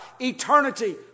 eternity